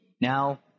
Now